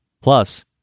Plus